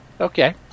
Okay